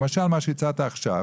למשל מה שהצעת עכשיו,